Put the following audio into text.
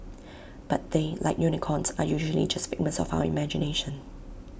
but they like unicorns are usually just figments of our imagination